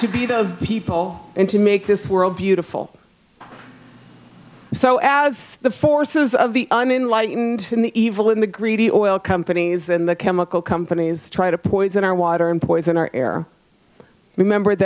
to be those people and to make this world beautiful so as the forces of the unenlightened in the evil in the greedy oil companies and the chemical companies try to poison our water and poison our air remember